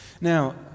Now